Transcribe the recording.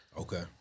Okay